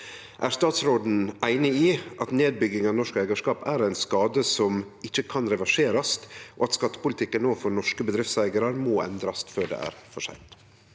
Er statsråden einig i at nedbygging av norsk eigarskap er ein skade som ikkje kan reverserast og at skattepolitikken overfor norske bedriftseigarar må endrast før det er for seint?»